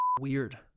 weird